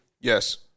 Yes